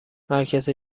مرکز